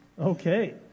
Okay